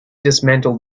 dismantled